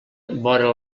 vora